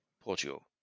Portugal